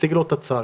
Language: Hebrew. ומציג לו את הצו.